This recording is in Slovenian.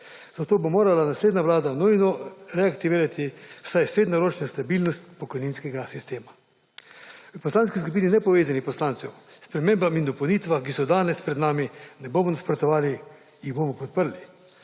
Zato bo morala naslednja Vlada nujno reaktivirati vsaj srednjeročno stabilnost pokojninskega sistema. V Poslanski skupini Nepovezanih poslancev spremembam in dopolnitvah, ki so danes pred nami, ne bomo nasprotovali, jih bomo podprli,